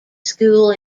school